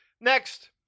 Next